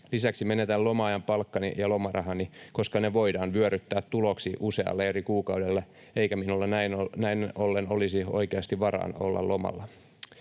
Lisäksi menetän loma-ajan palkkani ja lomarahani, koska ne voidaan vyöryttää tuloksiin usealle eri kuukaudelle, eikä minulla näin ollen olisi oikeasti varaa olla lomalla.